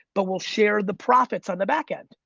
but we'll share the profits on the back end.